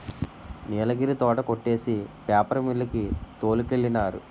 నీలగిరి తోట కొట్టేసి paper mill కి తోలికెళ్ళినారు